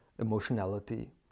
emotionality